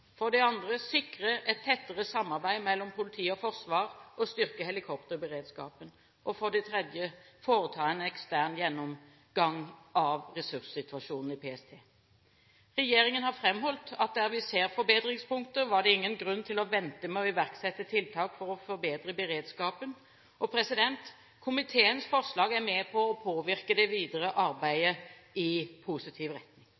For det andre: sikre et tettere samarbeid mellom politi og forsvar og styrke helikopterberedskapen. For det tredje: foreta en ekstern gjennomgang av ressurssituasjonen i PST. Regjeringen har fremholdt at der vi ser forbedringspunkter, var det ingen grunn til å vente med å iverksette tiltak for å forbedre beredskapen. Komiteens forslag er med på å påvirke det videre arbeidet i positiv retning.